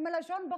עם הלשון בחוץ,